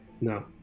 No